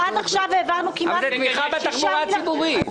עד עכשיו העברנו כמעט --- זה תמיכה בתחבורה הציבורית.